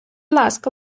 ласка